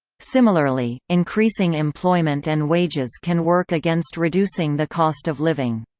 similarly, increasing employment and wages can work against reducing the cost of living.